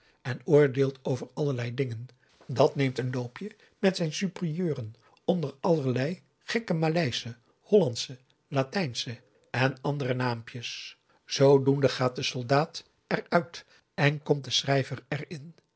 en oordeelt over allerlei dingen dat neemt een loopje met zijn superieuren onder allerlei gekke maleische hollandsche latijnsche en andere naampjes zoodoende gaat de soldaat er uit en komt de schrijver er